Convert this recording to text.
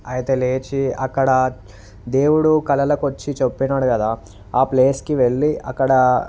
అయితే లేచి అక్కడ దేవుడు కలలోకి వచ్చి చెప్పినాడు కదా ఆ ప్లేస్కి వెళ్ళి అక్కడ